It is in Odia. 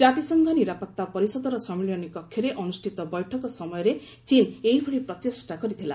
ଜାତିସଂଘ ନିରାପତ୍ତା ପରିଷଦର ସମ୍ମିଳନୀ କକ୍ଷରେ ଅନୁଷ୍ଠିତ ବୈଠକ ସମୟରେ ଚୀନ୍ ଏଭଳି ପ୍ରଚେଷ୍ଟା କରିଥିଲା